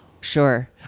Sure